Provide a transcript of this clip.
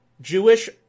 Jewish